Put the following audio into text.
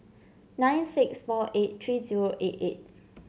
nine six four eight three zero eight eight